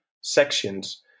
sections